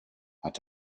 hat